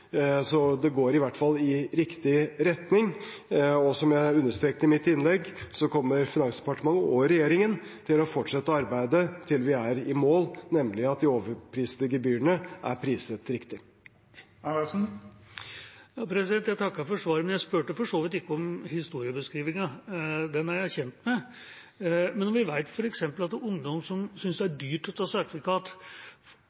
så det går i hvert fall i riktig retning. Som jeg understrekte i mitt innlegg, kommer Finansdepartementet og regjeringen til å fortsette arbeidet til vi er i mål, nemlig at de overpriste gebyrene er priset riktig. Jeg takker for svaret, men jeg spurte for så vidt ikke om historiebeskrivelsen, for den er jeg kjent med. Når vi f.eks. vet at ungdom som synes det er